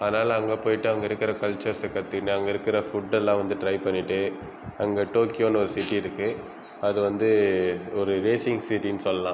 அதனால் அங்கே போயிட்டு அங்கே இருக்கிற கல்ச்சர்ஸை கற்றுன்னு அங்கே இருக்கிற ஃபுட்டெல்லாம் வந்து ட்ரை பண்ணிட்டு அங்கே டோக்யோன்னு ஒரு சிட்டி இருக்குது அது வந்து ஒரு ரேஸிங் சிட்டின்னு சொல்லெலாம்